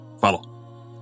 follow